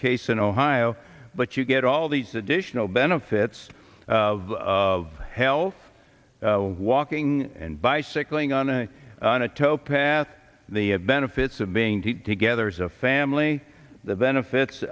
case in ohio but you get all these additional benefits of of help walking and bicycling on a on a towpath the benefits of being tied together as a family the benefits